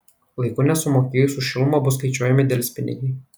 laiku nesumokėjus už šilumą bus skaičiuojami delspinigiai